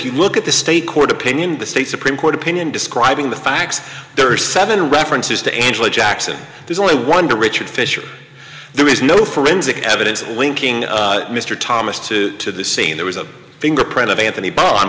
you look at the state court opinion the state supreme court opinion describing the facts there are seven references to angela jackson there's only one to richard fisher there is no forensic evidence linking mr thomas to the scene there was a fingerprint of anthony bo